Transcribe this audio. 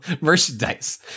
merchandise